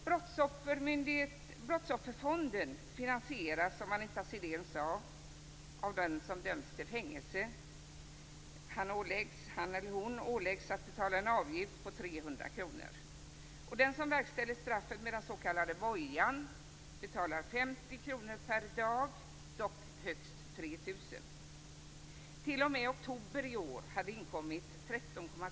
Brottsofferfonden finansieras, som Anita Sidén sade, av den som dömts till fängelse. Han eller hon åläggs att betala en avgift på 300 kr. Den som verkställer straffet med den s.k. bojan betalar vanligtvis en avgift på 50 kr per dag, dock högst 3 000 kr.